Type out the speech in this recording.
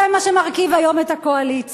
זה מה שמרכיב היום את הקואליציה.